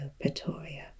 Pretoria